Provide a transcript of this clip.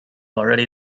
already